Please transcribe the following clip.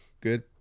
good